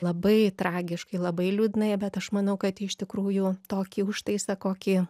labai tragiškai labai liūdna bet aš manau kad iš tikrųjų tokį užtaisą kokį